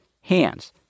hands